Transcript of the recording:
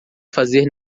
fazer